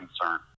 concern